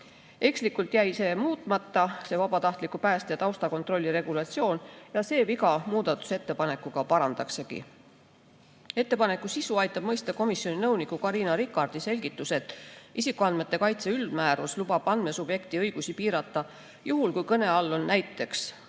Ekslikult jäi see muutmata, see vabatahtliku päästja taustakontrolli regulatsioon, ja see viga muudatusettepanekuga parandataksegi. Ettepaneku sisu aitab mõista komisjoni nõuniku Carina Rikarti selgitus, et isikuandmete kaitse üldmäärus lubab andmesubjekti õigusi piirata juhul, kui kõne all on näiteks